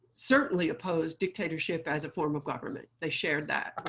certainly, opposed dictatorship as a form of government. they shared that.